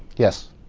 yes.